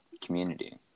Community